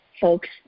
folks